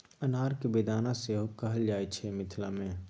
अनार केँ बेदाना सेहो कहल जाइ छै मिथिला मे